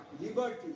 liberty